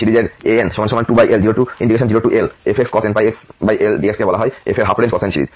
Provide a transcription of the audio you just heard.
series fx a02n1ancos nπxL সঙ্গে এই সিরিজের an2L0Lfxcos nπxL dx কে বলা হয় f এর হাফ রেঞ্জ কোসাইন সিরিজ